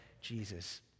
jesus